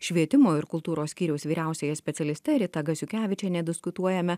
švietimo ir kultūros skyriaus vyriausiąja specialiste rita gasiukevičiene diskutuojame